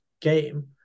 game